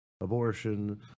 abortion